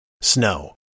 Snow